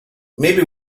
maybe